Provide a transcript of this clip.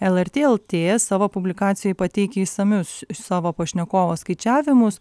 lrt lt savo publikacijoje pateikia išsamius savo pašnekovo skaičiavimus